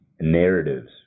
narratives